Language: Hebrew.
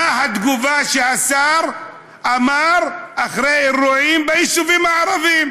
מה התגובה של השר אחרי אירועים ביישובים הערביים?